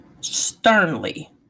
sternly